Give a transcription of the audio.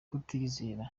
kutiyizera